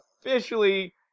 officially